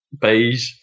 beige